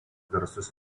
garsus